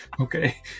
Okay